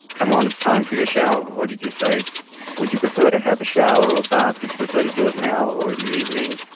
come on, it's time for your shower, or did you say would you prefer to have a shower or a bath, would you prefer to do it now or in the evening,